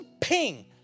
Ping